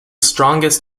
strongest